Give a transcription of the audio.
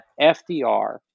FDR